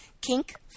kink